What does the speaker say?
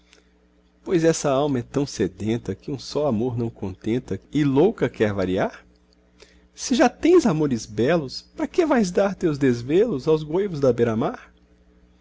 pois essa alma é tão sedenta que um só amor não contenta e louca quer variar se já tens amores belos pra que vais dar teus desvelos aos goivos da beira-mar não